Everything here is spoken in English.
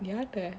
ya there